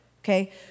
Okay